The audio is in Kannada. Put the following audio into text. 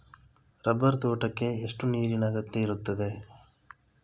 ರಬ್ಬರ್ ತೋಟಕ್ಕೆ ಎಷ್ಟು ನೀರಿನ ಅಗತ್ಯ ಇರುತ್ತದೆ?